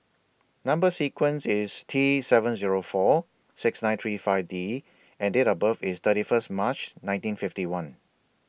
Number sequence IS T seven Zero four six nine three five D and Date of birth IS thirty First March nineteen fifty one